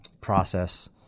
process